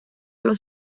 los